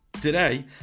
Today